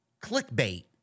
clickbait